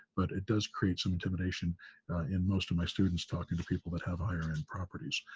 but it does create some intimidation in most of my students talking to people that have higher end properties.